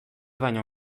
baino